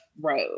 road